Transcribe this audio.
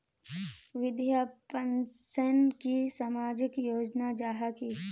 विधवा पेंशन की सामाजिक योजना जाहा की?